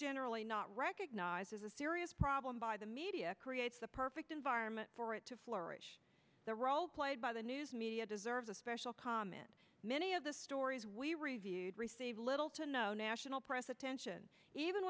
generally not recognized as a serious problem by the media create the perfect environment for it to flourish the role played by the news media deserves a special comment many of the stories we reviewed received little to no national press attention even